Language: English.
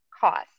cost